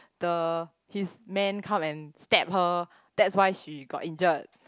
the his man come and stab her that's why she got injured